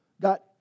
got